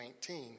19